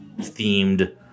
themed